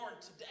today